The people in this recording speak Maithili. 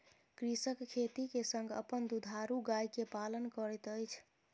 कृषक खेती के संग अपन दुधारू गाय के पालन करैत अछि